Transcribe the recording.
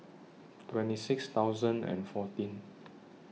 twenty six thousand and fourteen